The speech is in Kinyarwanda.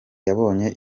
yabonye